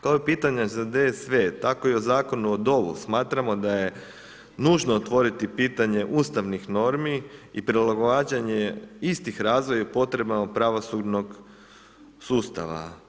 To je pitanje za DSV, tako i o Zakonu o ... smatramo da je nužno otvoriti pitanje ustavnih normi i prilagođavanje istih razvoju i potrebama pravosudnog sustava.